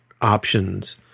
options